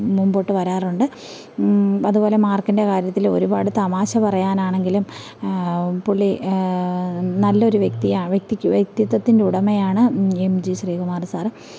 മുമ്പോട്ട് വരാറുണ്ട് അതുപോലെ മാർക്കിൻ്റെ കാര്യത്തിലും ഒരുപാട് തമാശ പറയാനാണെങ്കിലും പുള്ളി നല്ലൊരു വ്യക്തിയാണ് വ്യക്തി വ്യക്തിത്വത്തിൻ്റെ ഉടമയാണ് എം ജി ശ്രീകുമാർ സാറ്